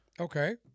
Okay